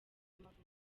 y’amavuko